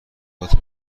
هات